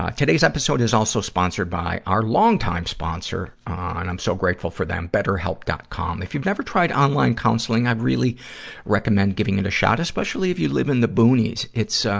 ah today's episode is also sponsored by our longtime sponsor, ah, and i'm so grateful for them, betterhelp. com. if you've never tried online counseling, i really recommend giving it a shot, especially if you live in the boonies. it's a,